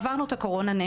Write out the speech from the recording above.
עברנו את הקורונה,